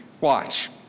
Watch